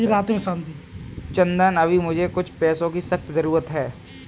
चंदन अभी मुझे कुछ पैसों की सख्त जरूरत है